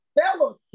fellowship